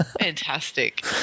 Fantastic